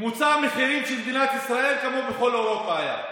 ממוצע המחירים במדינת ישראל היה כמו הממוצע בכל אירופה.